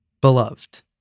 beloved